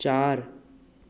चार